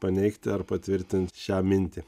paneigti ar patvirtint šią mintį